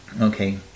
okay